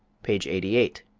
page eighty eight.